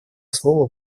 слово